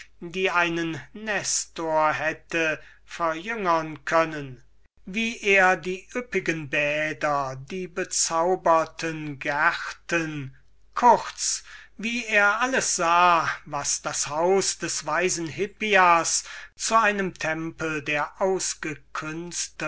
die einen nestor hätte verjüngern können wie er die üppigen bäder die bezauberten gärten kurz wie er alles sah was das haus des weisen hippias zu einem tempel der